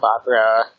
opera